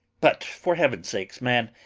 but for heaven's sake, man,